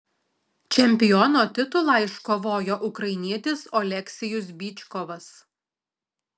čempiono titulą iškovojo ukrainietis oleksijus byčkovas